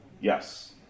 Yes